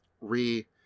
Re